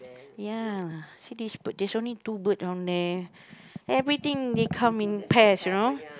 ya so there's only two birds down there everything they come in pairs you know